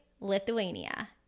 Lithuania